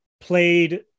played